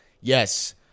Yes